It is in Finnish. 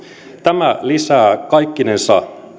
tämä lisää kaikkinensa